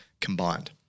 combined